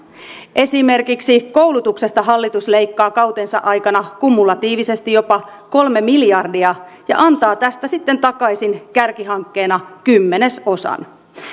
esimerkiksi koulutuksesta hallitus leikkaa kautensa aikana kumulatiivisesti jopa kolme miljardia ja antaa tästä sitten takaisin kärkihankkeena kymmenesosan